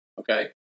Okay